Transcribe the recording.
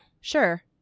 sure